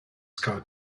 scar